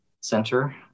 center